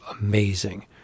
amazing